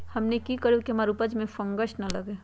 हमनी की करू की हमार उपज में फंगस ना लगे?